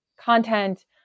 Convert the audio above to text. content